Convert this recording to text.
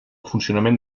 funcionament